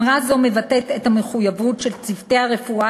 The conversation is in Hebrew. אמרה זו מבטאת את המחויבות של צוותי הרפואה